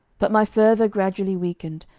but my fervour gradually weakened,